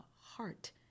heart